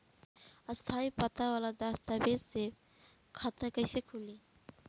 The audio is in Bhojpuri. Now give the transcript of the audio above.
स्थायी पता वाला दस्तावेज़ से खाता कैसे खुली?